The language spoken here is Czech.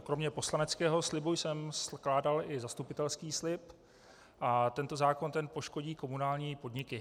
Kromě poslaneckého slibu jsem skládal i zastupitelský slib a tento zákon poškodí komunální podniky.